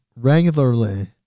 regularly